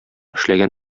эшләгән